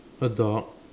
a dog